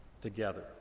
together